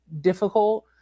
difficult